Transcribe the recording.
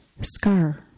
scar